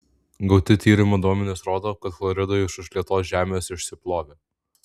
gauti tyrimo duomenys rodo kad chloridai iš užlietos žemės išsiplovė